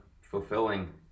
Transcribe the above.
fulfilling